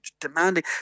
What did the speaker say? demanding